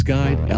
Guide